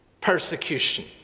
persecution